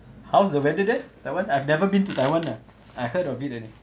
how's the weather there taiwan I've never been to taiwan lah I heard of it already